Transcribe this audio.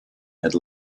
had